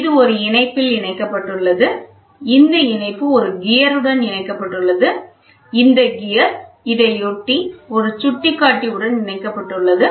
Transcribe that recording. இது ஒரு இணைப்பில் இணைக்கப்பட்டுள்ளது இந்த இணைப்பு ஒரு கியருடன் இணைக்கப்பட்டுள்ளது இந்த கியர் இதையொட்டி ஒரு சுட்டிக்காட்டி உடன் இணைக்கப்பட்டுள்ளது